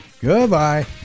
Goodbye